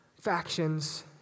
factions